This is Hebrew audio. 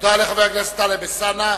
תודה לחבר הכנסת טלב אלסאנע.